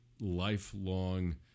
lifelong